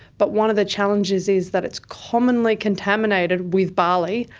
but one of the challenges is that it's commonly contaminated with barley,